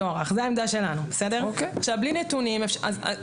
העמדה שלנו היא שאנחנו לא רוצים שזה יאורך.